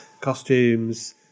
costumes